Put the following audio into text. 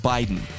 Biden